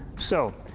so,